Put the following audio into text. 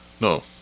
No